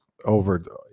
over